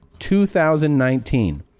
2019